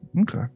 Okay